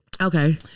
Okay